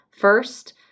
first